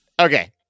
Okay